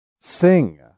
SING